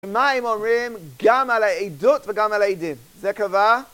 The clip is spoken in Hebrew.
מה הם אומרים? גם על העדות וגם על העדים. זה קבע?